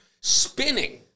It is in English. spinning